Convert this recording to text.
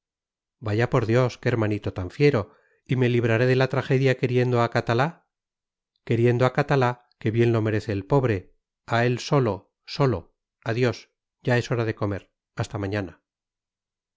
vaya por dios qué hermanito tan fiero y me libraré de la tragedia queriendo a catalá queriendo a catalá que bien lo merece el pobre a él solo solo adiós ya es hora de comer hasta mañana